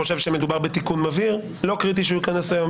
מדובר בתיקון מבהיר ולא קריטי שהוא ייכנס היום.